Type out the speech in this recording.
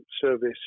service